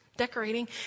decorating